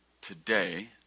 today